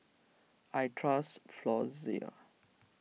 I trust Floxia